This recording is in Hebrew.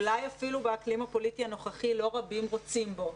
אולי אפילו באקלים הפוליטי הנוכחי לא רבים רוצים בו,